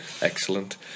Excellent